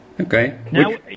Okay